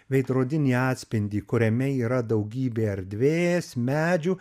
veidrodinį atspindį kuriame yra daugybė erdvės medžių